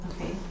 Okay